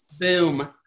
Boom